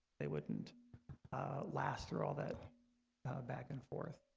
they wouldn't last through all that back and forth